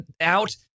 out